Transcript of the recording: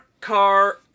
car